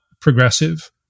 progressive